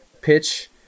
pitch